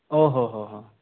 ଓହୋ ହୋ ହୋ